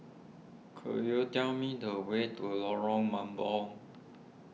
could you tell me the way to Lorong Mambong